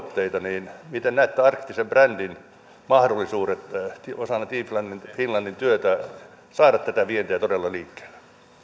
ovat tulevaisuuden vientituotteita miten näette arktisen brändin mahdollisuudet osana team finlandin finlandin työtä saada tätä vientiä todella liikkeelle